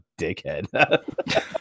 dickhead